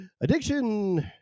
Addiction